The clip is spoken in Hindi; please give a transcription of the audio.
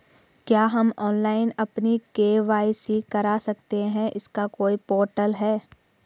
क्या हम ऑनलाइन अपनी के.वाई.सी करा सकते हैं इसका कोई पोर्टल है?